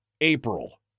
April